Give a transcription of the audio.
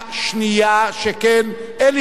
שכן אין הסתייגויות,